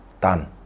done